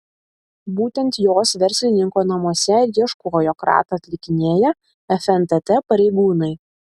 būtent jos verslininko namuose ir ieškojo kratą atlikinėję fntt pareigūnai